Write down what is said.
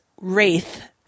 Wraith